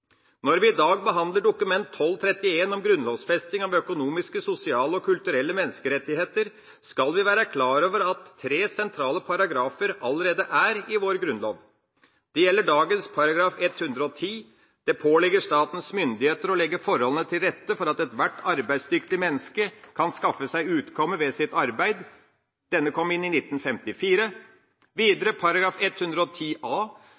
Når vi i dag behandler Dokument 12:31 for 2011–2012 om grunnlovfesting av økonomiske, sosiale og kulturelle menneskerettigheter, skal vi være klar over at tre sentrale paragrafer allerede er i vår grunnlov. Det gjelder dagens paragraf § 110: «Det påligger statens myndigheter å legge forholdene til rette for at ethvert arbeidsdyktig menneske kan skaffe seg utkomme ved sitt arbeid.» Denne kom inn i 1954. Videre, § 110 a: